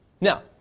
Now